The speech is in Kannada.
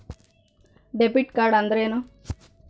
ಡೆಬಿಟ್ ಕಾರ್ಡ್ ಅಂದ್ರೇನು?